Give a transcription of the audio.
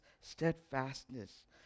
steadfastness